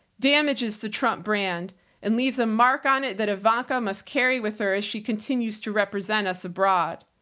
damages the trump brand and leaves a mark on it that ivanka must carry with her as she continues to represent us abroad,